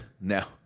Now